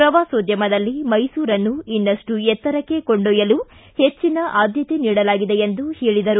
ಪ್ರವಾಸೋದ್ಯಮದಲ್ಲಿ ಮೈಸೂರನ್ನು ಇನ್ನಷ್ಟು ಎತ್ತರಕ್ಕೆ ಕೊಂಡ್ಯೊಯಲು ಹೆಚ್ಚನ ಆದ್ಯತೆ ನೀಡಲಾಗಿದೆ ಎಂದರು